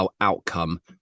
outcome